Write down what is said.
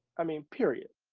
i mean, period.